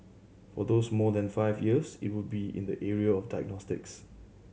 for those more than five years it would be in the area of diagnostics